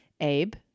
abe